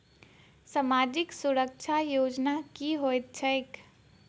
सामाजिक सुरक्षा योजना की होइत छैक?